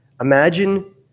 Imagine